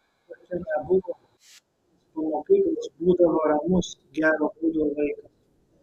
kol dzeuso čia nebuvo benas po mokyklos būdavo ramus gero būdo vaikas